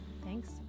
Thanks